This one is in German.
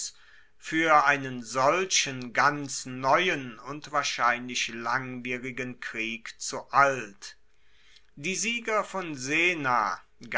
fuer einen solchen ganz neuen und wahrscheinlich langwierigen krieg zu alt die sieger von sena